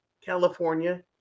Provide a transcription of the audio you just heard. California